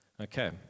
Okay